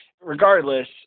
regardless